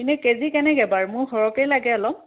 এনেই কেজি কেনেকৈ বাৰু মোক সৰহকৈয়ে লাগে অলপ